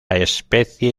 especie